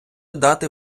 дати